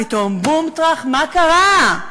פתאום, בום טראח, מה קרה?